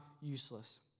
useless